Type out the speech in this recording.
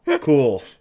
Cool